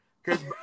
Cause